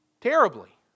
terribly